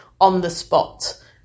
on-the-spot